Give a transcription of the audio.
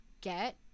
get